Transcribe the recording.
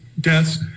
deaths